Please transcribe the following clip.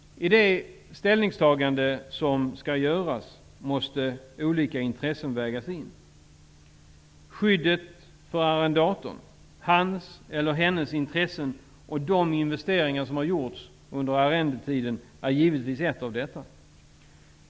I det ställningstagande som skall göras måste olika intressen vägas in. Skyddet för arrendatorn -- hans eller hennes intressen och de investeringar som gjorts under arrendetiden -- är givetvis ett av dessa.